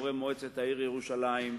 חברי מועצת העיר ירושלים,